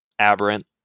Aberrant